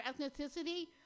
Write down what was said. ethnicity